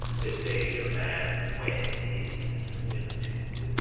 that bade a man wed his similitude.